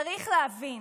צריך להבין,